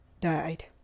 died